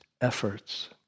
efforts